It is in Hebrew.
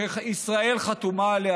שישראל חתומה עליה,